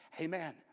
Amen